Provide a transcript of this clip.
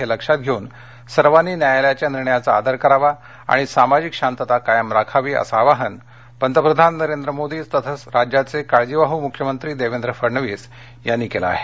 हे लक्षात घेऊन सर्वांनी न्यायालयाच्या निर्णयाचा आदर करावा आणि सामाजिक शांतता कायम राखावी असं आवाहन पंतप्रधान नरेंद्र मोदी तसच राज्याचे काळजीवाह मुख्यमंत्री देवेंद्र फडणवीस यांनी केलं आहे